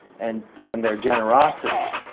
and and their generosity.